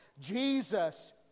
Jesus